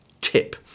Tip